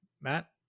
Matt